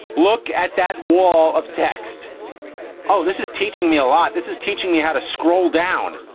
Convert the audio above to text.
look at that wall of text oh, this is teaching me a lot. this is teaching me how to scroll down.